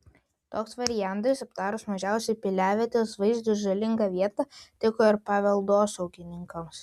toks variantas aptarus mažiausiai piliavietės vaizdui žalingą vietą tiko ir paveldosaugininkams